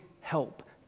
help